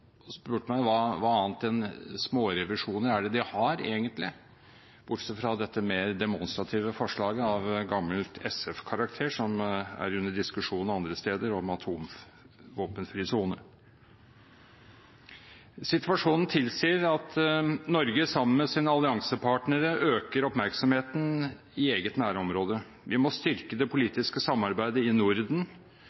spurt meg hva annet enn smårevisjoner er det de egentlig har, bortsett fra dette mer demonstrative forslaget av gammel SF-karakter som er under diskusjon andre steder, om atomvåpenfri sone. Situasjonen tilsier at Norge, sammen med sine alliansepartnere, øker oppmerksomheten i eget nærområde. Vi må styrke det